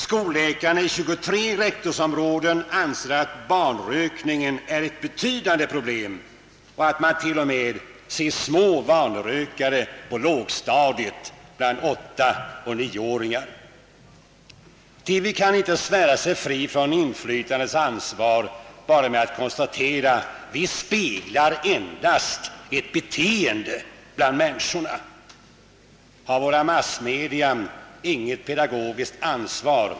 Skolläkarna i 23 rektorsområden anser att barnrökningen är ett betydande problem och framhåller att man t.o.m. ser små barnrökare på lågstadiet bland 8 och 9-åringar. TV kan inte svära sig fri från ansva: för inflytande med att bara kallt konstatera att den speglar endast ett beteende bland människorna. Har våra massmedia inget pedagogiskt ansvar?